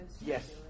Yes